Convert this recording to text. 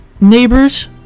neighbors